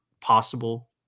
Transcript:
possible